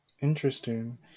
Interesting